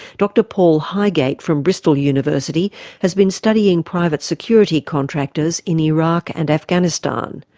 dr paul higate from bristol university has been studying private security contractors in iraq and afghanistan.